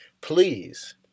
please